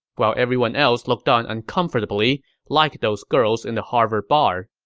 while everyone else looked on uncomfortably like those girls in the harvard bar.